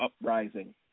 Uprising